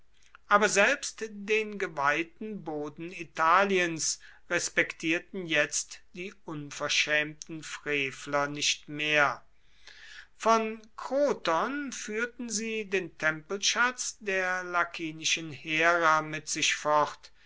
aber selbst den geweihten boden italiens respektierten jetzt die unverschämten frevler nicht mehr von kroton führten sie den tempelschatz der lakinischen hera mit sich fort